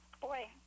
boy